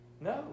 no